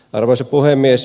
arvoisa puhemies